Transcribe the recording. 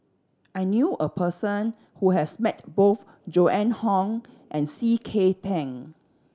I knew a person who has met both Joan Hon and C K Tang